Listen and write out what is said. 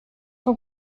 son